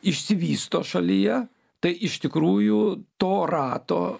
išsivysto šalyje tai iš tikrųjų to rato